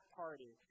party